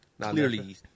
clearly